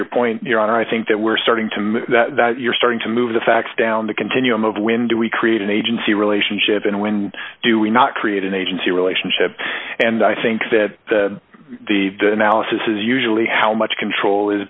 your point your honor i think that we're starting to move that you're starting to move the facts down the continuum of when do we create an agency relationship and when do we not create an agency relationship and i think that the analysis is usually how much control is